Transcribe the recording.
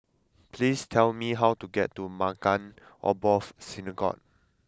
please tell me how to get to Maghain Aboth Synagogue